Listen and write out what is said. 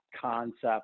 concept